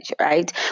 right